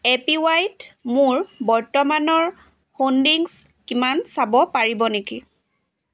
এ P Y ত মোৰ বৰ্তমানৰ হোল্ডিংছ কিমান চাব পাৰিব নেকি